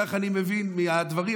כך אני מבין מהדברים,